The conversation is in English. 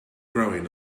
growing